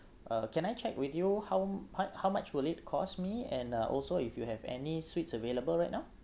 uh can I check with you how much how much will it cost me and uh also if you have any suites available right now